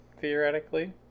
theoretically